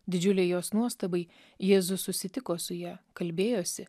didžiulei jos nuostabai jėzus susitiko su ja kalbėjosi